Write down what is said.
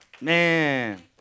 Man